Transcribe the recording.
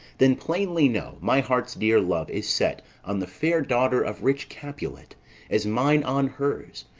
then plainly know my heart's dear love is set on the fair daughter of rich capulet as mine on hers,